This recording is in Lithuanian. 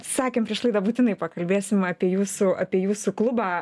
sakėm prieš laidą būtinai pakalbėsime apie jūsų apie jūsų klubą